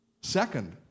Second